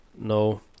no